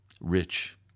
rich